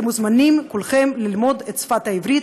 אתם מוזמנים כולכם ללמוד את השפה העברית,